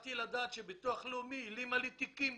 נוכחתי לדעת שביטוח לאומי העלים לי תיקים.